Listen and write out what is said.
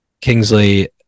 Kingsley